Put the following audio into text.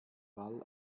wall